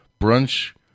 brunch